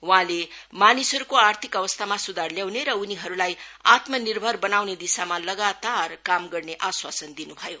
वहाँले मानिसहरूको आर्थिक अवसरमा सुधार ल्याउने र उनीहरूलाई आत्मनिर्भर बनाउने दिशामा लगातार काम गर्ने आशवासन दिनु भयो